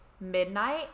midnight